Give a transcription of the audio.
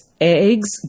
eggs